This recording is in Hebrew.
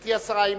גברתי השרה,